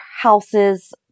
houses